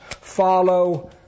follow